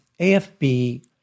AFB